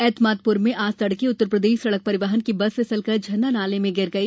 ऐतमादपुर में आज तड़के उत्तर प्रदेश सड़क परिवहन की बस फिसलकर झरना नाले में गिर गई